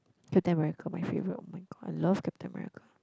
Captain-America my favourite [oh]-my-god I love Captain-America